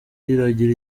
iragira